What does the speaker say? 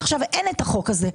עכשיו אין את החוק הזה,